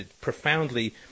profoundly